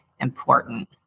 important